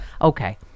Okay